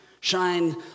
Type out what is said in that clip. shine